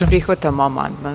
Prihvatamo amandman.